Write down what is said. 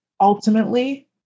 ultimately